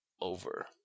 over